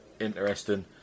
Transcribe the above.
interesting